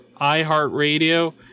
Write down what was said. iHeartRadio